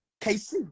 KC